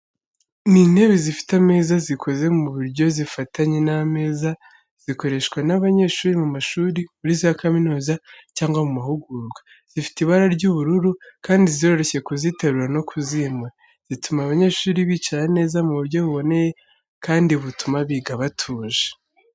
Ni intebe zifite ameza zikoze mu buryo zifatanye n’ameza, zikoreshwa n’abanyeshuri mu mashuri, muri za kaminuza, cyangwa mu mahugurwa. Zifite ibara ry’ubururu, kandi ziroroshye kuziterura no kuzimura, zituma abanyeshuri bicara neza mu buryo buboneye kandi butuma biga batuje.